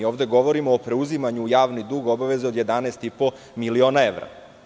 Ovde govorimo o preuzimanju u javni dug obaveze od 11,5 miliona evra.